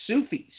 Sufis